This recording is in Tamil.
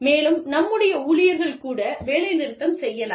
மேலும் நம்முடைய ஊழியர்கள் கூட வேலை நிறுத்தம் செய்யலாம்